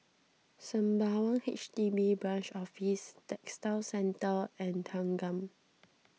Sembawang H D B Branch Office Textile Centre and Thanggam